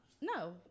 No